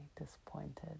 disappointed